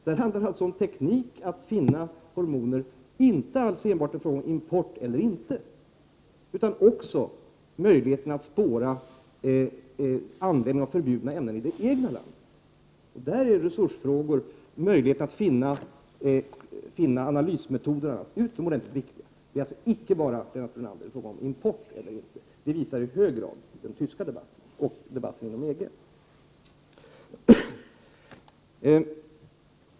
Där handlar det alltså om teknik att finna hormoner, och då inte enbart med avseende på import eller inte utan också när det gäller möjligheterna att spåra användning av förbjudna ämnen i det egna landet. Där är resursfrågan, möjligheterna att finna analysmetoder, utomordentligt viktig. Det gäller alltså inte bara, Lennart Brunander, i fråga om import eller inte. Det visar i hög grad den tyska debatten och debatten inom EG.